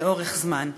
לאורך זמן.